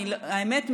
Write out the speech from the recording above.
האמת,